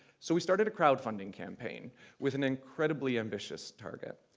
so we started a crowdfunding campaign with an incredibly ambitious target.